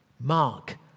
Mark